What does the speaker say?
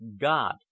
God